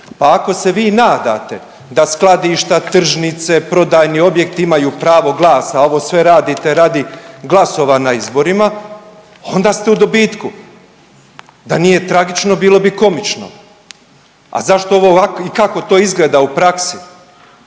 A kao se vi nadate da skladišta, tržnice, prodajni objekti imaju pravo glasa, a ovo sve radite radi glasova na izborima onda ste u dobitku. Da nije tragično bilo bi komično. A zašto ovo ovako i kao to izgleda u praksi.